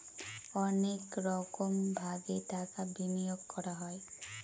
অনেক রকমভাবে টাকা বিনিয়োগ করা হয়